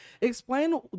Explain